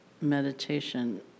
meditation